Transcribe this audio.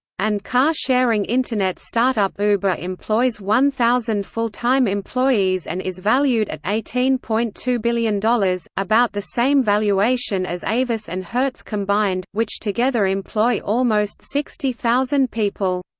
and car-sharing internet startup uber employs one thousand full-time employees and is valued at eighteen point two billion dollars, about the same valuation as avis and hertz combined, which together employ almost sixty thousand people.